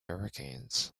hurricanes